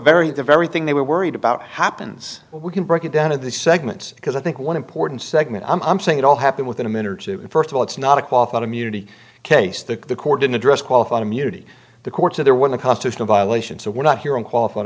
bury the very thing they were worried about happens we can break it down of the segment because i think one important segment i'm saying it all happened within a minute or two first of all it's not a qualified immunity case the court didn't address qualified immunity the courts are there when the constitutional violation so we're not hearing qualified